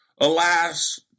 Alas